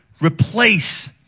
replace